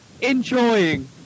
enjoying